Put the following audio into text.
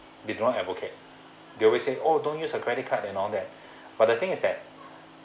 they don't advocate they always say oh don't use a credit card and all that but the thing is that